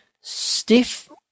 Stiff